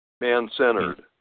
Man-centered